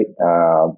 Right